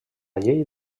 llet